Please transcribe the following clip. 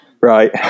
right